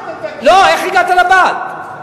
לא, איך הגעת לבת?